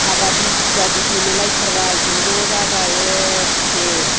काबादि कुबादि गेलेलायथारबाय ज' ज' जाजाय एखखे